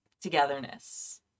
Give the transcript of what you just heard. togetherness